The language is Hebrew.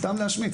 סתם להשמיץ.